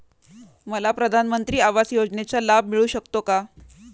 मला प्रधानमंत्री आवास योजनेचा लाभ मिळू शकतो का?